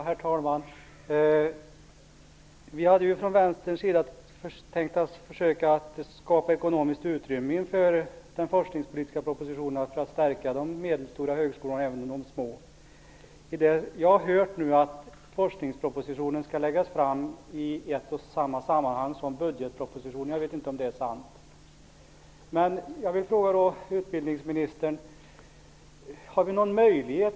Herr talman! Vi i Vänstern hade ju tänkt att försöka skapa ekonomiskt utrymme inför den forskningpolitiska propositionen för att stärka de medelstora högskolorna och även de små. Nu har jag hört att forskningspropositionen skall läggas fram i samma sammanhang som budgetpropositionen. Jag vet inte om det är sant. Men jag vill ställa en fråga till utbildningsministern.